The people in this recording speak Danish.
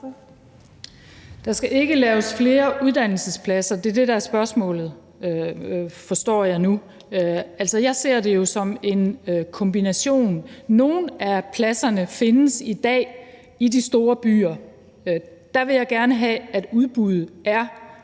Der skal ikke laves flere uddannelsespladser. Det er det, spørgsmålet går på, forstår jeg nu. Altså, jeg ser det jo som en kombination. Nogle af pladserne findes i dag i de store byer. Der vil jeg gerne have, at udbuddet er